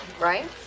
right